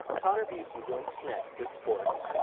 connor bucy joins us next with sports!